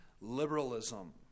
liberalism